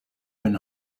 been